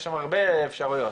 יש שם הרבה אפשרויות.